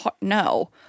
no